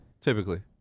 typically